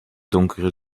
donkere